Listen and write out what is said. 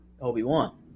Obi-Wan